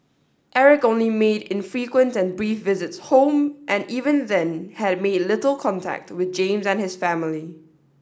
Eric only made infrequent and brief visits home and even then had made little contact with James and his family